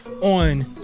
on